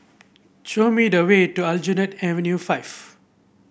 show me the way to Aljunied Avenue Five